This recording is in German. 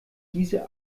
diese